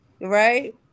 right